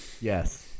Yes